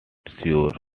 sure